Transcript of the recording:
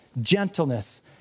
gentleness